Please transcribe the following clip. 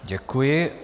Děkuji.